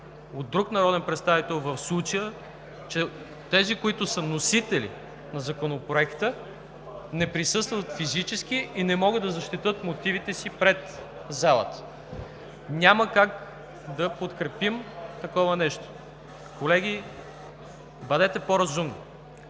от друг народен представител, в случай че вносителите на Законопроекта не присъстват физически и не могат да защитят мотивите си пред залата. Няма как да подкрепим такова нещо. Колеги, бъдете по-разумни!